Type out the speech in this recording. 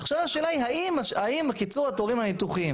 עכשיו השאלה האם קיצור התורים הניתוחיים